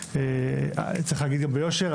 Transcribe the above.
וצריך להגיד גם ביושר,